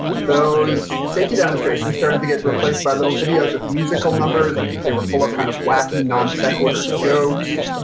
those safety demonstrations started to get replaced by little videos with musical numbers and they were full of kind of wacky non sequitur jokes.